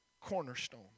cornerstone